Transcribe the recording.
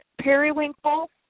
periwinkle